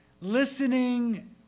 listening